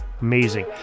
Amazing